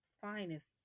finest